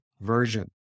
version